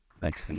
Thanks